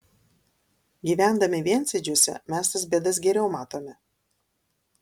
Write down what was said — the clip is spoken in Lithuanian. gyvendami viensėdžiuose mes tas bėdas geriau matome